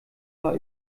war